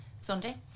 Sunday